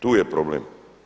Tu je problem.